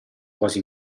quasi